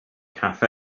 cafe